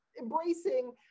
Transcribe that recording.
embracing